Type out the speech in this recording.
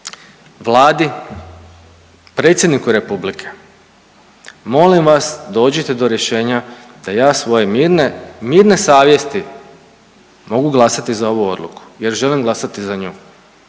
Vladi, Predsjedniku Republike molim vas dođite do rješenja da ja svoje mirne, mirne savjesti mogu glasati za ovu odluku jer želim glasati za nju